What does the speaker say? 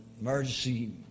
emergency